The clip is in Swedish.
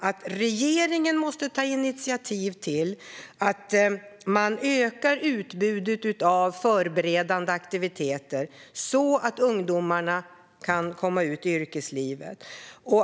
att regeringen ska ta initiativ till att öka utbudet av förberedande aktiviteter så att ungdomarna kan komma ut i yrkeslivet.